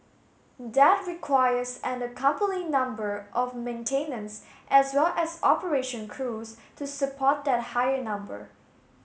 that requires an accompanying number of maintenance as well as operation crews to support that higher number